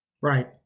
Right